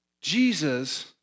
Jesus